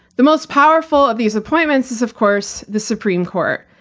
the most powerful of these appointments is, of course, the supreme court,